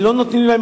שלא נותנים להן,